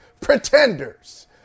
pretenders